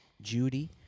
Judy